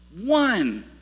One